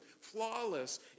flawless